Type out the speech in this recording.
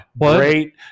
Great